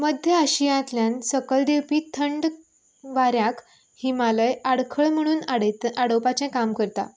मध्य आशियांतल्यान सकयल देवपी थंड वाऱ्याक हिमालय आडखळ म्हणून आडयत आडोवपाचें काम करता